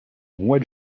mois